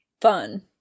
FUN